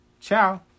ciao